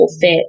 fit